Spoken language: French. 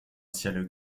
ciel